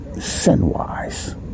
sin-wise